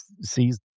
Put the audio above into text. sees